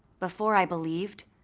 before i believed,